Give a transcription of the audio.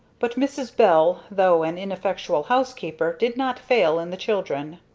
but mrs. bell, though an ineffectual housekeeper, did not fail in the children.